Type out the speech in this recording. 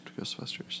Ghostbusters